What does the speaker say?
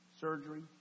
surgery